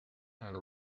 and